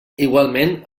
igualment